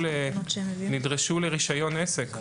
הם נדרשו לרישיון עסק.